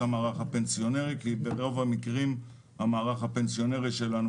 המערך הפנסיונרי כי ברוב המקרים המערך הפנסיונרי שלנו,